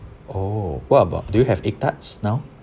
oh what about do you have egg tarts now